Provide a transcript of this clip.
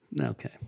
Okay